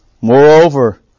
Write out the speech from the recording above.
Moreover